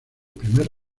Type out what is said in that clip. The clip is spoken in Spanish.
primer